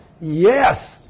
Yes